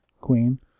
Queen